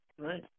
Right